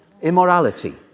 immorality